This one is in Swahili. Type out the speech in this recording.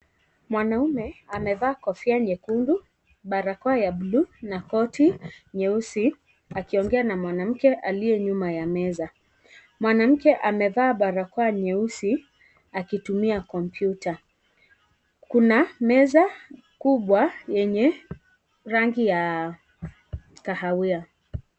Mwanaume, amevaa kofia nyekundu, barakoa ya bluu na koti nyeusi, akiongea na mwanamke aliye nyuma ya meza. Mwanamke aliyevaa barakoa nyeusi, akitumia kompiuta. Kuna meza kubwa yenye rangi ya kahawia.